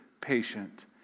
patient